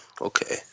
okay